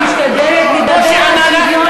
אני משתדלת לדבר על שוויון,